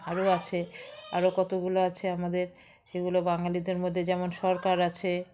আরও আছে আরও কতগুলো আছে আমাদের সেগুলো বাঙালিদের মধ্যে যেমন সরকার আছে